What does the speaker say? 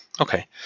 Okay